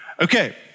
Okay